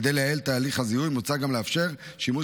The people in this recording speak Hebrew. כדי לייעל את הליך הזיהוי מוצע גם לאפשר שימוש